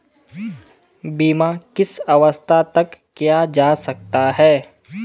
बीमा किस अवस्था तक किया जा सकता है?